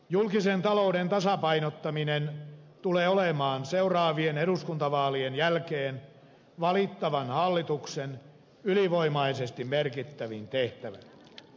julkisen talouden tasapainottaminen tulee olemaan seuraavien eduskuntavaalien jälkeen valittavan hallituksen ylivoimaisesti merkittävin tehtävä